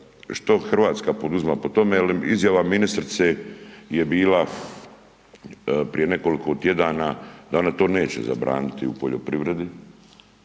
Što Hrvatska poduzima po tome jel izjava ministrice je bila prije nekoliko tjedana da ona to neće zabraniti u poljoprivredi,